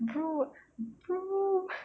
bro bro